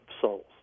souls